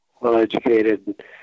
well-educated